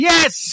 Yes